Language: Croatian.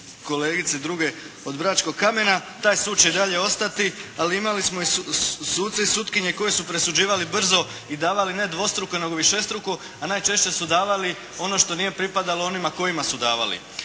kolegice i druge, od bračkog kamena. Taj sud će i dalje ostati ali imali smo suce i sutkinje koji su presuđivali brzo i davali ne dvostruko nego višestruko a najčešće su davali ono što nije pripadalo onima kojima su davali.